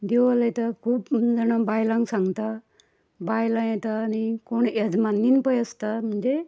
दिवो लायता खूब जाणां बायलांक सांगता बायलां येता आनी कोण येजमानगीन पळय आसता म्हणजे